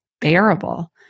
bearable